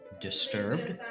disturbed